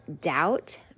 doubt